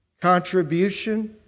contribution